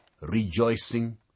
rejoicing